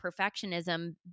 perfectionism